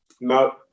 No